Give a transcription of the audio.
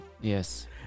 yes